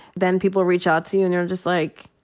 then people reach out to you and they're just like,